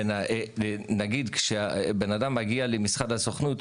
נגיד כשבן אדם מגיע למשרד הסוכנות,